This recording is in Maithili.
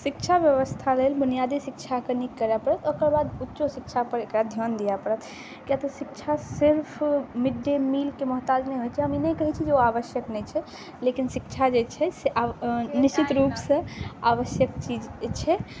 शिक्षा बेबस्था लेल बुनियादी शिक्षा कनि करऽ पड़त ओकर बाद उच्चो शिक्षापर एकरा धिआन दिअ पड़त किएक तऽ शिक्षा सिर्फ मिड डे मीलके मोहताज नहि होइ छै हम ई नहि कहै छी जे ओ आवश्यक नहि छै लेकिन शिक्षा जे छै से निश्चित रूपसँ आवश्यक चीज छै